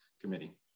committee